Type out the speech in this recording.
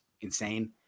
insane